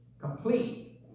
complete